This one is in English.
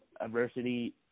adversity